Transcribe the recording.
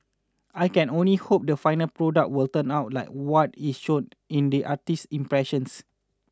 I can only hope the final product will turn out like what is shown in the artist's impressions